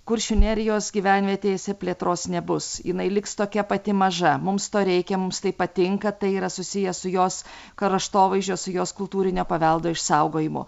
kuršių nerijos gyvenvietėse plėtros nebus jinai liks tokia pati maža mums to reikia mums tai patinka tai yra susiję su jos kraštovaizdžio su jos kultūrinio paveldo išsaugojimu